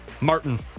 Martin